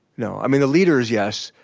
no. i mean the leaders yes,